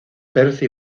percy